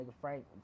Frank